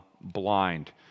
blind